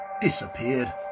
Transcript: disappeared